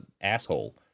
asshole